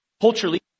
culturally